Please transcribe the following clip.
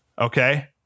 Okay